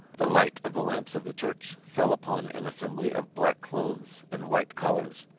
the light of the lamps of the church fell upon an assembly of black clothes and white collars,